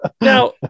Now